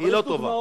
היא לא טובה.